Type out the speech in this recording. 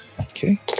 Okay